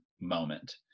moment